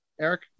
eric